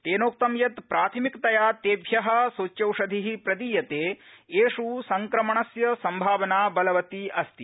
तेनोक्तं यत् प्राथमिकतया तेभ्य सुच्यौषधि प्रदीयते येष् संक्रमणस्य संभावना बलवती अस्ति